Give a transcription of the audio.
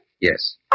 Yes